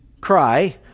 cry